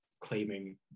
claiming